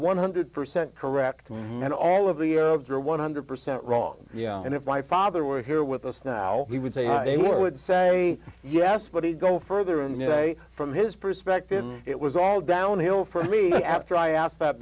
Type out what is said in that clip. one hundred percent correct and all of the arabs are one hundred percent wrong and if my father were here with us now he would say they would say yes but he go further and say from his perspective it was all downhill for me after i asked that